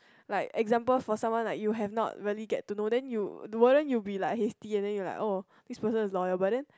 like example for someone like you have not really get to know then you wouldn't you be like hasty and then you like oh this person is loyal but then